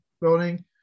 building